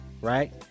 right